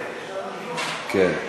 מקלב, כן.